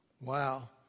Wow